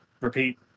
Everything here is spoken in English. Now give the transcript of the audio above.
repeat